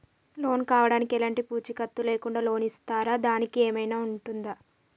Loan కావడానికి ఎలాంటి పూచీకత్తు లేకుండా లోన్ ఇస్తారా దానికి ఏమైనా ఉంటుందా?